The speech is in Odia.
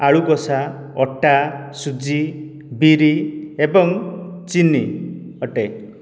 ଆଳୁ କଷା ଅଟା ସୁଜି ବିରି ଏବଂ ଚିନି ଅଟେ